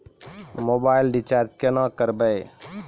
Mobile recharge केना करबै?